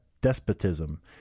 despotism